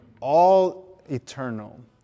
all-eternal